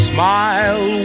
Smile